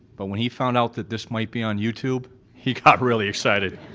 but when he found out that this might be on youtube he got really excited.